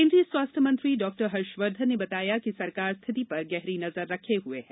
केन्द्रीय स्वास्थ्य मंत्री डॉक्टर हर्षवर्धन ने बताया कि सरकार स्थिति पर गहरी नजर रखे हुए है